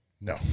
No